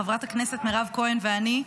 חברת הכנסת מירב כהן ואני,